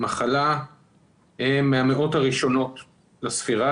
מחלה מהמאות הראשונות לספירה,